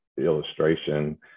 illustration